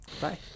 Bye